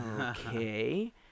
okay